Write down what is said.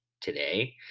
today